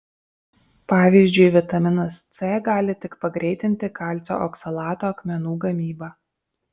pavyzdžiui vitaminas c gali tik pagreitinti kalcio oksalato akmenų gamybą